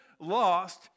lost